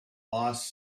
boss